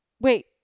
Wait